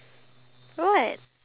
ya